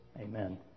Amen